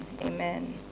Amen